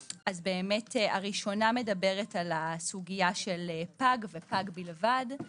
הראשונה מדברת על הסוגיה של פג ופג בלבד.